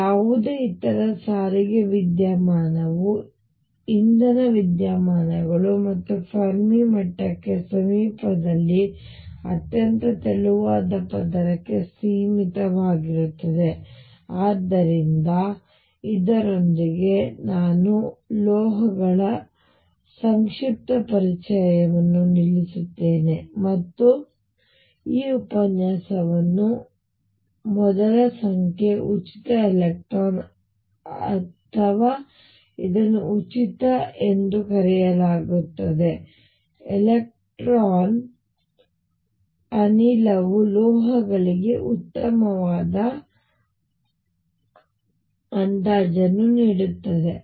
ಯಾವುದೇ ಇತರ ಸಾರಿಗೆ ವಿದ್ಯಮಾನವು ಇಂಧನ ವಿದ್ಯಮಾನಗಳು ಮತ್ತೆ ಫೆರ್ಮಿ ಮಟ್ಟಕ್ಕೆ ಸಮೀಪದಲ್ಲಿ ಅತ್ಯಂತ ತೆಳುವಾದ ಪದರಕ್ಕೆ ಸೀಮಿತವಾಗಿರುತ್ತದೆ ಆದ್ದರಿಂದ ಇದರೊಂದಿಗೆ ನಾನು ಲೋಹಗಳ ಸಂಕ್ಷಿಪ್ತ ಪರಿಚಯವನ್ನು ನಿಲ್ಲಿಸುತ್ತೇನೆ ಮತ್ತು ಈ ಉಪನ್ಯಾಸವನ್ನು ಮೊದಲ ಸಂಖ್ಯೆ ಉಚಿತ ಎಲೆಕ್ಟ್ರಾನ್ ಅಥವಾ ಇದನ್ನು ಉಚಿತ ಎಂದೂ ಕರೆಯಲಾಗುತ್ತದೆ ಎಲೆಕ್ಟ್ರಾನ್ ಅನಿಲವು ಲೋಹಗಳಿಗೆ ಉತ್ತಮವಾದ ಮೊದಲ ಅಂದಾಜು ನೀಡುತ್ತದೆ